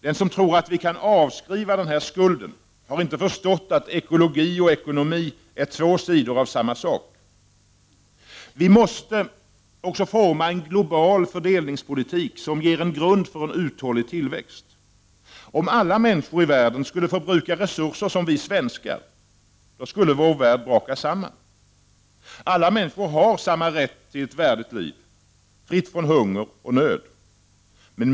Den som tror att vi kan avskriva denna skuld har inte förstått att ekologi och ekonomi är två sidor av samma sak. Vi måste forma en global fördelningspolitik, som ger en grund för uthållig tillväxt. Om alla människor i världen skulle förbruka resurser som vi svenskar, skulle vår värld braka samman. Alla människor har samma rätt till ett värdigt liv, fritt från hunger och nöd.